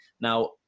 Now